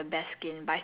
and like